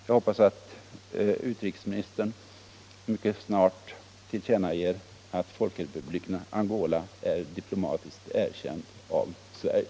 Jag hoppas att utrikesministern mycket snart tillkännager att Folkrepubliken Angola blivit diplomatiskt erkänd av Sverige.